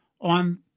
on